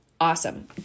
awesome